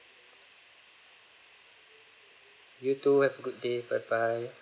you too have a good day bye bye